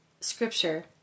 Scripture